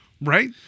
Right